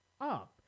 up